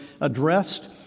addressed